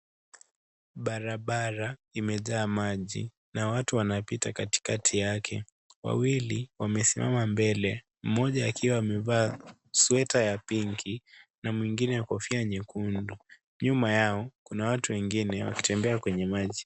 Bara bara imejaa maji, na watu wanapita katikati yake, wawili, wamesimama mbele, mmoja akiwa amevaa sweater ya pinki, na mwingine kofia nyekundu, nyuma yao, kuna watu wengine, wakitembea kwenye maji.